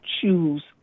choose